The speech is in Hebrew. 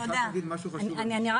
יש